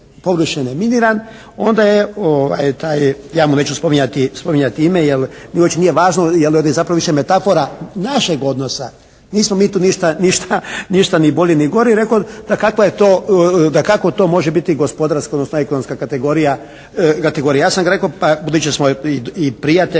površine miniran, onda je taj ja mu neću spominjati ime jer uopće nije važno, jer da bi zapravo više metafora našeg odnosa, nismo mi tu ništa ni bolji ni gori, da kako to može gospodarska odnosno ekonomska kategorija. Ja sam rekao pa …/Govornik se